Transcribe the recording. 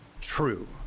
True